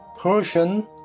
Persian